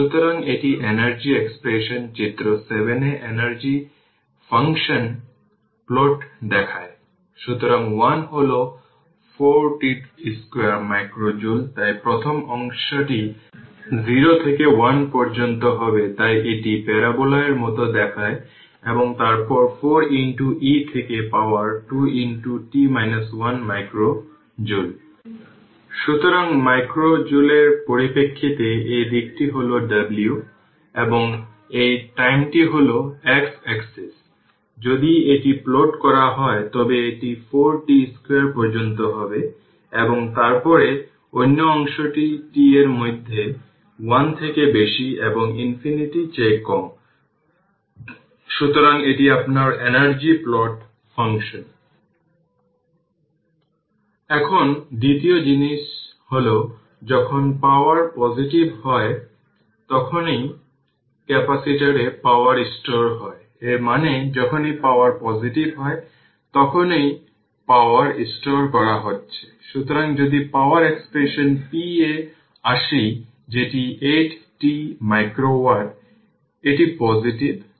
সুতরাং এটি energy expression চিত্র 7 এ এনার্জি ফাংশনের প্লট দেখায়